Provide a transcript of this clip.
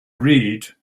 read